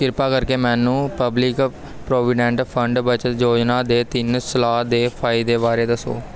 ਕਿਰਪਾ ਕਰਕੇ ਮੈਨੂੰ ਪਬਲਿਕ ਪ੍ਰੋਵੀਡੈਂਟ ਫੰਡ ਬੱਚਤ ਯੋਜਨਾ ਦੇ ਤਿੰਨ ਸਾਲਾਂ ਦੇ ਫਾਇਦੇ ਬਾਰੇ ਦੱਸੋ